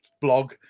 blog